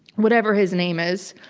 whatever his name is,